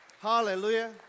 Hallelujah